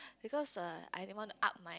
because I don't want to up my